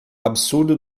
absurdo